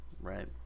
right